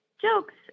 jokes